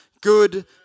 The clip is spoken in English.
good